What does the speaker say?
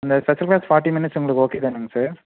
இந்த special class forty minutes உங்களுக்கு okay தானுங்க சார்